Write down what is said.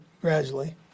gradually